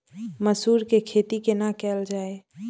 मसूर के खेती केना कैल जाय?